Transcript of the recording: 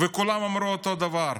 וכולם אמרו אותו דבר: